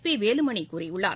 B Velumani கூறியுள்ளார்